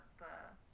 up